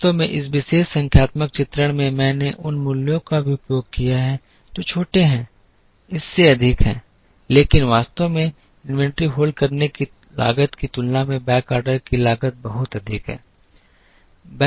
वास्तव में इस विशेष संख्यात्मक चित्रण में मैंने उन मूल्यों का भी उपयोग किया है जो छोटे हैं इससे अधिक है लेकिन वास्तव में इन्वेंट्री होल्ड करने की लागत की तुलना में बैकऑर्डर की लागत बहुत अधिक है